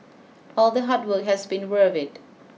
all the hard work has been worth it